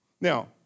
Now